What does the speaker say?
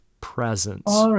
presence